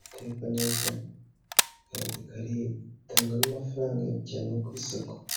itekwa neza ikaribwa, itanga n'amafaranga iyo yajyanywe ku isoko.